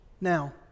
Now